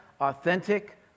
authentic